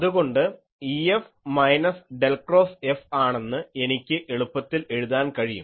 അതുകൊണ്ട് EF minus del cross F ആണെന്ന് എനിക്ക് എളുപ്പത്തിൽ എഴുതാൻ കഴിയും